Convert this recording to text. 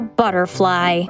butterfly